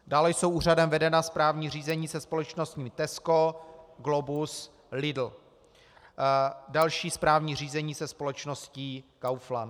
Dále jsou úřadem vedena správní řízení se společnostmi Tesco, Globus, Lidl, další správní řízení se společností Kaufland.